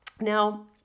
Now